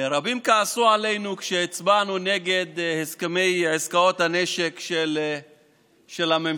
רבים כעסו עלינו כשהצבענו נגד הסכמי עסקאות הנשק של הממשלה